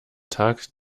tag